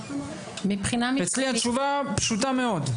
אצלי התשובה פשוטה מאוד,